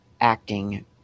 acting